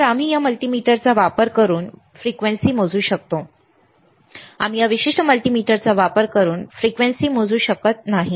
तर आम्ही या मल्टीमीटरचा वापर करून वारंवारता मोजू शकतो आम्ही या विशिष्ट मल्टीमीटरचा वापर करून वारंवारता मोजू शकत नाही